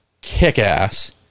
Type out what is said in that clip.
kick-ass